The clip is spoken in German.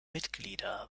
mitglieder